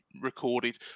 recorded